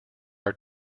are